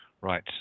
Right